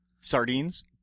Sardines